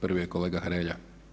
Prvi je kolega Hrelja.